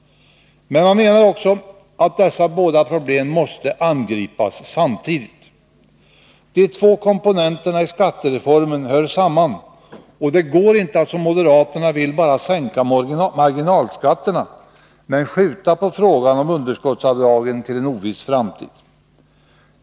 Man menar också att dessa båda problem måste angripas samtidigt. De två komponenterna i skattereformen hör samman, och det går inte att som moderaterna vill bara sänka marginalskatterna, men skjuta på frågan om underskottsavdragen till en oviss framtid.